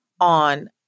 on